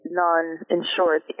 non-insured